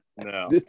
No